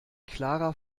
klarer